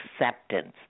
acceptance